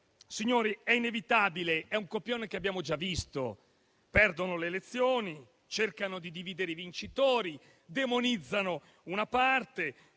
Signori, è inevitabile, è un copione che abbiamo già visto: perdono le elezioni, cercano di dividere i vincitori, demonizzano una parte,